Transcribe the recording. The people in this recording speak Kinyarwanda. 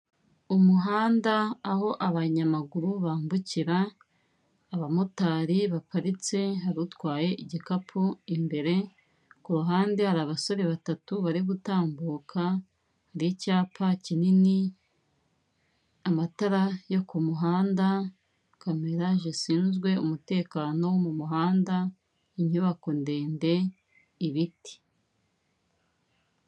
Umuhanda aho abanyamaguru bambukira, abamotari baparitse hari rutwaye igikapu imbere, ku ruhande hari abasore batatu bari gutambuka, hari icyapa kinini, amatara yo ku muhanda, kamera zishinzwe umutekano wo mu muhanda, inyubako ndende, ibiti.